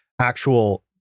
actual